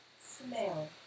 Smell